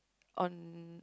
on